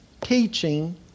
teaching